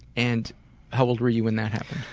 and how old were you when that happened?